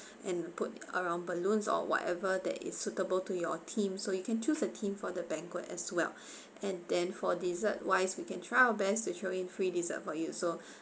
and put around balloons or whatever that is suitable to your theme so you can choose a theme for the banquet as well and then for dessert wise we can try our best to throw in free dessert for you so